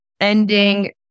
ending